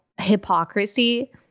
hypocrisy